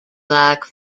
black